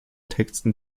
texten